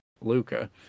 Luca